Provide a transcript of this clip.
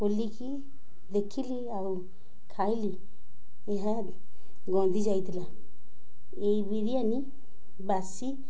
ଖୋଲିକି ଦେଖିଲି ଆଉ ଖାଇଲି ଏହା ଗନ୍ଧି ଯାଇଥିଲା ଏଇ ବିରିୟାନୀ ବାସି